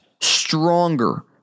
stronger